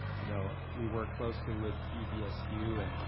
you know we work closely with gbsu and